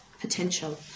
potential